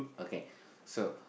okay so